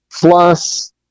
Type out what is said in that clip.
plus